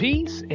Peace